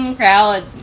crowd